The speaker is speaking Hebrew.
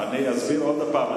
הצבעתי נגד ופה, אני אציין את זה.